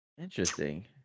Interesting